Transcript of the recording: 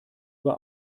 über